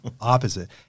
opposite